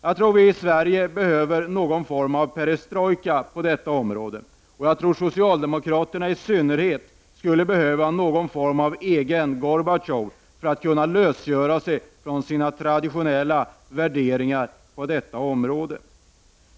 Jag tror att Sverige behöver någon form av svensk perestrojka på detta område. Jag tror att socialdemokraterna i synnerhet behöver någon form av egen Gorbatjov för att kunna lösgöra sig från sina traditionella värderingar.